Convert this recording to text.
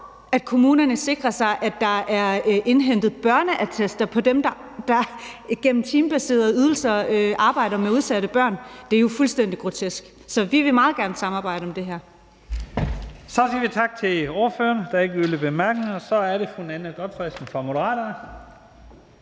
at kommunerne sikrer sig, at der er indhentet børneattester på dem, der gennem timebaserede ydelser arbejder med udsatte børn. Det er jo fuldstændig grotesk. Så vi vil meget gerne samarbejde om det her. Kl. 15:36 Første næstformand (Leif Lahn Jensen): Så siger vi tak til ordføreren. Der er